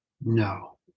No